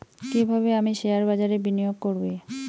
কিভাবে আমি শেয়ারবাজারে বিনিয়োগ করবে?